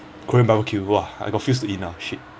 korean barbecue !wah! I got feels to eat now shit